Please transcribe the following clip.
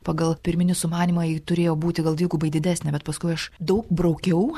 pagal pirminį sumanymą ji turėjo būti gal dvigubai didesnė bet paskui aš daug braukiau